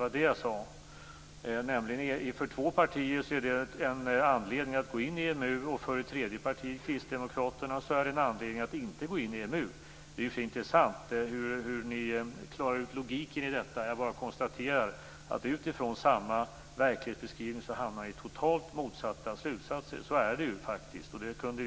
För två partier är strukturproblemen en anledning att gå in i EMU, och för det tredje partiet, Kristdemokraterna, är det en anledning att inte gå in i EMU. Det skall bli intressant att se hur ni skall klara ut logiken i detta. Jag bara konstaterar att utifrån samma verklighetsbeskrivning hamnar ni i totalt motsatta slutsatser. Så är det ju faktiskt. Vi kunde